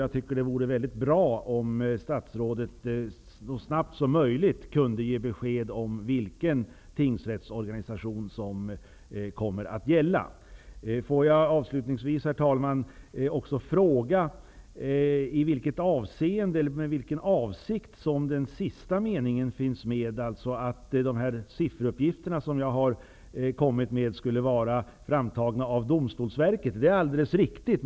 Jag tycker att det vore bra om statsrådet så snabbt som möjligt kunde ge besked om vilken tingsrättsorganisation som kommer att gälla. Herr talman! Statsrådet Hellsvik avslutade sitt svar med att upplysa om att de sifferuppgifter som jag har presenterat skulle vara framtagna av Domstolsverket. Det är alldeles riktigt.